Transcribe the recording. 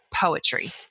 poetry